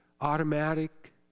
automatic